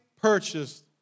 purchased